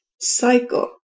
cycle